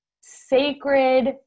sacred